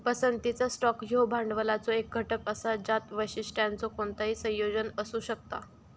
पसंतीचा स्टॉक ह्यो भांडवलाचो एक घटक असा ज्यात वैशिष्ट्यांचो कोणताही संयोजन असू शकता